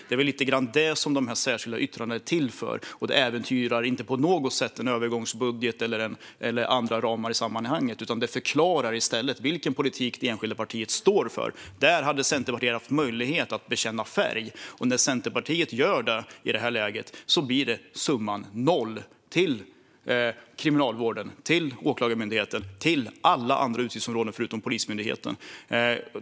Det är väl lite grann det som särskilda yttranden är till för, och det äventyrar inte på något sätt en övergångsbudget eller andra ramar i sammanhanget. Det förklarar i stället vilken politik det enskilda partiet står för. Där hade Centerpartiet haft möjlighet att bekänna färg. När Centerpartiet gör det i detta läge blir summan noll till Kriminalvården, Åklagarmyndigheten och alla andra utgiftsområden förutom Polismyndigheten.